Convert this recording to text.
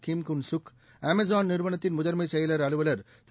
கிம் Kun Suk Amazon நிறுவனத்தின் முதன்மைச் செயலர் அலுவலர் திரு